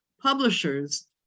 publishers